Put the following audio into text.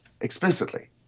explicitly